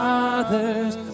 Father's